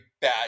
bad